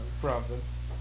province